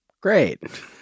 Great